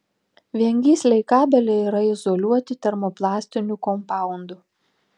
viengysliai kabeliai yra izoliuoti termoplastiniu kompaundu